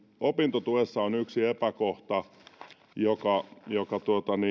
opintotuessa on yksi epäkohta joka joka